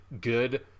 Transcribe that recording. Good